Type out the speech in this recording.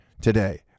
today